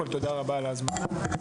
עבור ההזמנה.